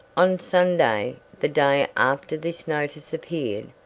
on sunday, the day after this notice appeared,